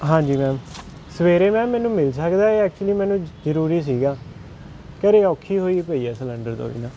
ਹਾਂਜੀ ਮੈਮ ਸਵੇਰੇ ਮੈਮ ਮੈਨੂੰ ਮਿਲ ਸਕਦਾ ਐਕਚੁਲੀ ਮੈਨੂੰ ਜ਼ਰੂਰੀ ਸੀਗਾ ਘਰ ਔਖੀ ਹੋਈ ਪਈ ਹੈ ਸਿਲੰਡਰ ਤੋਂ ਬਿਨਾ